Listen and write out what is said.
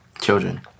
Children